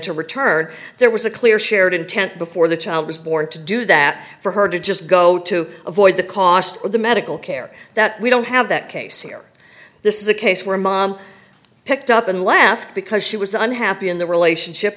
to return there was a clear shared intent before the child was born to do that for her to just go to avoid the cost of the medical care that we don't have that case here this is a case where mom picked up and left because she was unhappy in the relationship